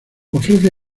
ofrece